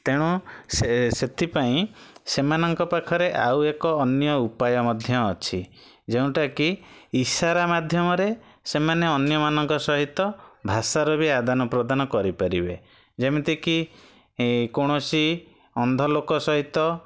ତେଣୁ ସେ ସେଥିପାଇଁ ସେମାନଙ୍କ ପାଖରେ ଆଉ ଏକ ଅନ୍ୟ ଉପାୟ ମଧ୍ୟ ଅଛି ଯେଉଁଟାକି ଇସାରା ମାଧ୍ୟମରେ ସେମାନେ ଅନ୍ୟ ମାନଙ୍କ ସହିତ ଭାଷାର ବି ଆଦାନପ୍ରଦାନ କରିପାରିବେ ଯେମିତିକି କୌଣସି ଅନ୍ଧ ଲୋକ ସହିତ